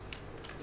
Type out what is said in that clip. כן.